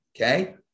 Okay